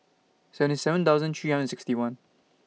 seventy seven thousand three hundred sixty one